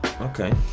Okay